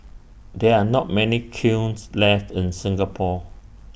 there are not many kilns left in Singapore